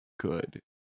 good